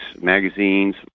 magazines